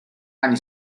anni